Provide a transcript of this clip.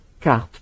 carte